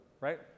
right